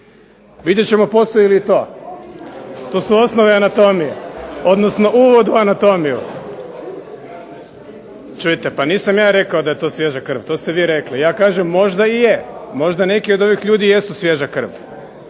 Vidjet ćemo postoji li to. To su osnove anatomije, odnosno uvod u anatomiju. Čujte, pa nisam ja rekao da je to svježa krv. To ste vi rekli. Ja kažem možda i je, možda neki od ovih ljudi jesu svježa krv.